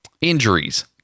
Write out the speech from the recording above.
injuries